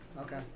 Okay